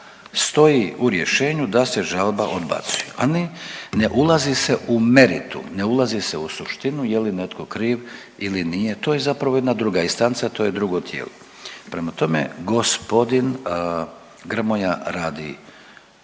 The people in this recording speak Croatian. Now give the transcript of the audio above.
stoji u rješenju da se žalba odbacuje, a ne ulazi se u meritum, ne ulazi se u suštinu je li netko kriv ili nije. To je zapravo jedna druga instanca to je drugo tijelo. Prema tome, g. Grmoja radi